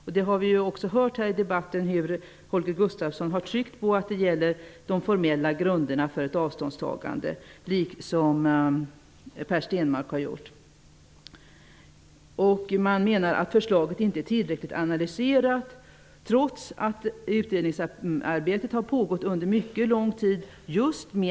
Vi har också hört här i debatten hur Holger Gustafsson, liksom även Per Stenmarck, har tryckt på att det gäller de formella grunderna för ett avståndstagande. De menar att förslaget inte är tillräckligt analyserat trots att utredningsarbetet har pågått under mycket lång tid.